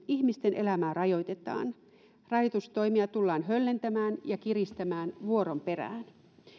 ihmisten elämää rajoitetaan rajoitustoimia tullaan höllentämään ja kiristämään vuoron perään